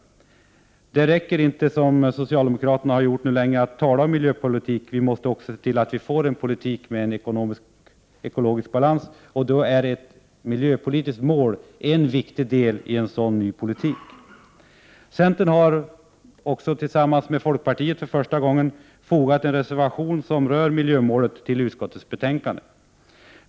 Det räcker inte, som socialdemokraterna länge har gjort, att tala om miljöpolitik — det måste också föras en politik med ekologisk balans. Ett miljöpolitiskt mål är då en viktig del i en sådan ny politik. Centern har, tillsammans med folkpartiet för första gången, fogat en reservation rörande miljömålet till utskottets betänkande.